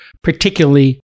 particularly